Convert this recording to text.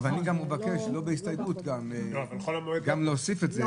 אני מבקש לא בהסתייגות להוסיף את זה.